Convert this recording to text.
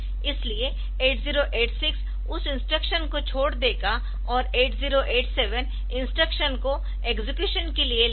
इसलिए 8086 उस इंस्ट्रक्शन को छोड़ देगा और 8087 इंस्ट्रक्शन को एक्सेक्युशन के लिए लेगा